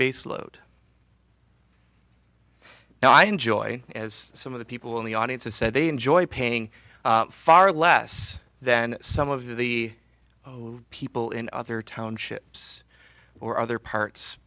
base load and i enjoy as some of the people in the audience have said they enjoy paying far less than some of the people in other townships or other parts